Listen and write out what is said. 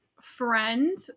Friend